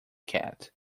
cat